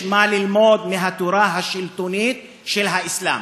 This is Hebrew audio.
יש מה ללמוד מהתורה השלטונית של האסלאם,